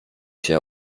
się